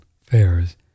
fairs